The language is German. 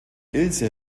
ilse